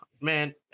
man